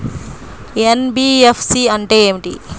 NBFC అంటే ఏమిటి?